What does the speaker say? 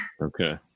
Okay